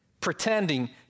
Pretending